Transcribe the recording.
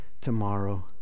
tomorrow